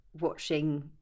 watching